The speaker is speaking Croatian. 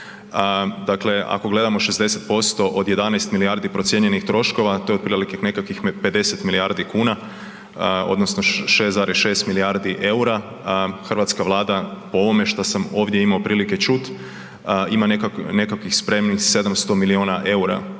Dakle, ako gledamo 60% od 11 milijardi procijenjenih troškova to je otprilike nekakvih 50 milijardi kuna odnosno 6,6 milijardi EUR-a, Hrvatska vlada po ovome što sam ovdje imao prilike čuti ima nekakvih spremnih 700 miliona EUR-a